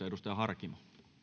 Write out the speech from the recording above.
edustaja harkimo